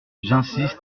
j’insiste